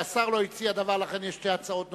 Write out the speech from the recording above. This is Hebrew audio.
השר לא הציע דבר, לכן יש שתי הצעות נוספות,